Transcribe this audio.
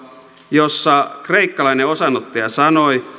jossa kreikkalainen osanottaja sanoi